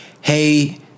hey